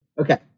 Okay